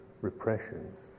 repressions